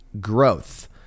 growth